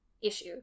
issue